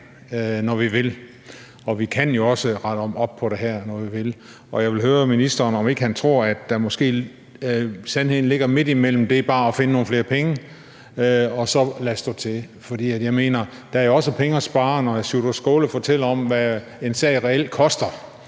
når vi vil, og at vi jo også kan rette op på det her, når vi vil. Jeg vil høre ministeren, om ikke han tror, at sandheden ligger midt imellem det bare at finde nogle flere penge og så lade stå til. For der er jo også penge at spare, og når hr. Sjúrður Skaale fortæller om, hvad en sag reelt koster,